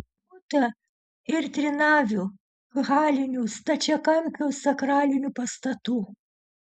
būta ir trinavių halinių stačiakampių sakralinių pastatų